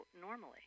normally